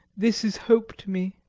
this is hope to me.